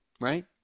right